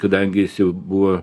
kadangi jis jau buvo